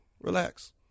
Relax